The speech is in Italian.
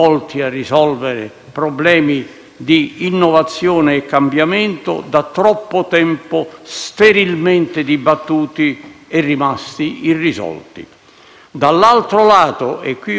Dall'altro lato - e qui ho ritenuto e ritengo di dover porre un mio personale forte accento - emergono le ragioni dell'equilibrio tra le istituzioni,